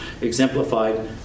exemplified